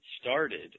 started